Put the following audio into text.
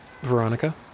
Veronica